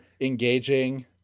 engaging